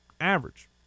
average